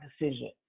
decision